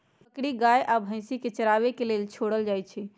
बकरी गाइ आ भइसी के चराबे के लेल छोड़ल जाइ छइ